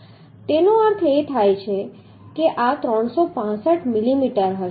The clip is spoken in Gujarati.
તો તેનો અર્થ એ કે આ 365 મિલીમીટર હશે